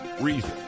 reason